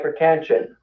hypertension